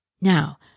Now